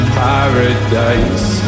paradise